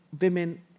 women